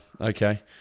okay